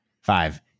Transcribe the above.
five